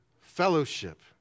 fellowship